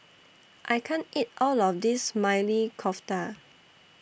I can't eat All of This Maili Kofta